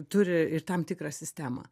turi ir tam tikrą sistemą